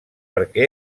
perquè